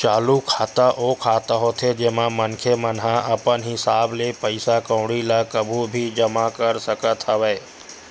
चालू खाता ओ खाता होथे जेमा मनखे मन ह अपन हिसाब ले पइसा कउड़ी ल कभू भी जमा कर सकत हवय